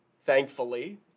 thankfully